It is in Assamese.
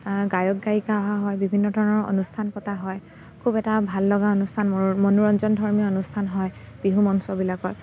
গায়ক গায়িকা অহা হয় বিভিন্ন ধৰণৰ অনুষ্ঠান পতা হয় খুব এটা ভাল লগা অনুষ্ঠান মোৰ মনোৰঞ্জনধৰ্মী অনুষ্ঠান হয় বিহু মঞ্চবিলাকত